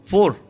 Four